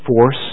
force